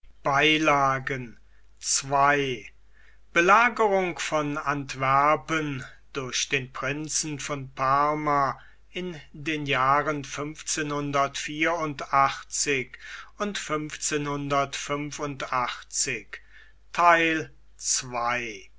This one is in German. ii belagerung von antwerpen durch den prinzen von parma in den jahren